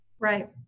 Right